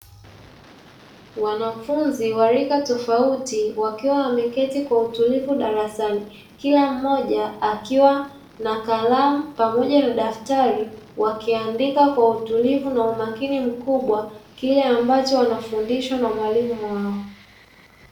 Wanafunzi wa rika tofauti, wakiwa wameketi kwa utulivu darasani, kila mmoja akiwa na kalamu pamoja na daftari, wakiandika kwa utulivu na umakini mkubwa kile ambacho wanafundishwa na mwalimu wao.